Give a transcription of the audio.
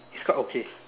is quite okay